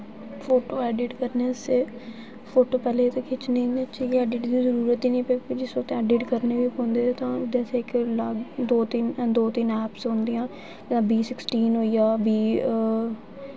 फोटू edit करने आस्तै फोटू पैह्लें असें खिच्चनी खिच्चियै ऐडिट दी जरूरत गै निं पौंदी जिस बेल्लै ऐडिट करना बी पौंदी तां उद्धर अस इक लाग दो तिन्न दो तिन्न ऐपां होंदियां जां बी सिक्सटीन होई गेआ